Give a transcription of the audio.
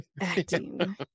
acting